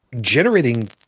generating